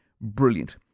brilliant